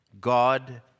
God